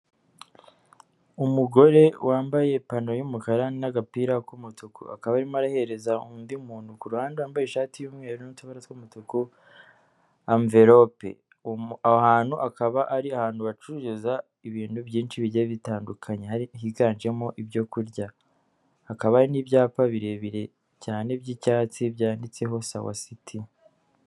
Umugore wambaye ipantaro y'umukara n'agapira k'umutuku akaba arimo arahereza undi muntu kuru ruhande wambaye ishati y'umweru n'utubara tw'umutuku avelope, aho hantu akaba ari ahantu hacururiza ibintu byinshi bigiye bitandukanye higanjemo ibyo kurya, hakaba hari n'ibyapa birebire cyane by'icyatsi byanditseho sawa city.